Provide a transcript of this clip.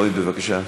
בואי בבקשה.